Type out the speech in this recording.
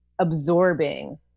absorbing